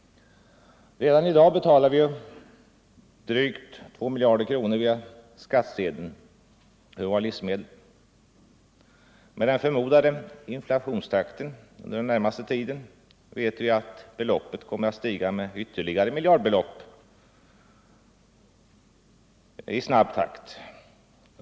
Redan i dag betalar vi drygt 2 miljarder kronor via skattsedeln för våra livsmedel. Med den förmodade inflationstakten den närmaste tiden vet vi att beloppet kommer att stiga med ytterligare miljardbelopp i snabb takt.